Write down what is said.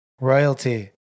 Royalty